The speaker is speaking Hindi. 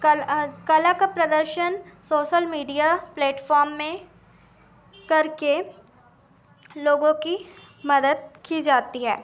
कल कला का प्रदर्शन सोसल मीडिया प्लेटफ़ॉम में करके लोगों की मदद की जाती है